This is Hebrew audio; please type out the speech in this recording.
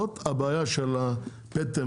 זאת הבעיה של הפטם,